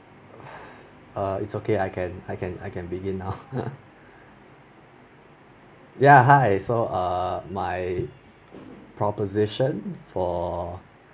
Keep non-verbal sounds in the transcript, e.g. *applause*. *breath* err it's okay I can I can I can begin now *laughs* ya hi so err my proposition for